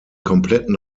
kompletten